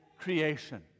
creation